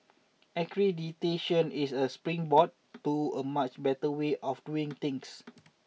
accreditation is a springboard to a much better way of doing things